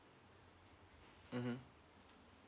mmhmm